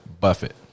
Buffett